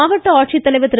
மாவட்ட ஆட்சித்தலைவர் திரு